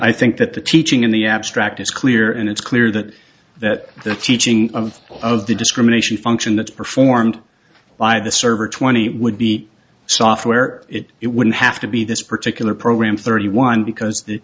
i think that the teaching in the abstract is clear and it's clear that that the teaching of of the discrimination function that's performed by the server twenty would be software it wouldn't have to be this particular program thirty one because the